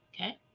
okay